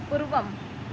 पूर्वम्